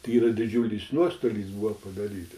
tai yra didžiulis nuostolis buvo padaryta